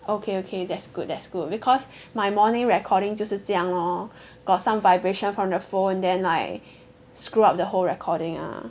okay okay that's good that's good because my morning recording 就是这样 lor got some vibration from the phone then like screw up the whole recording ah